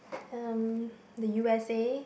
um the U_S_A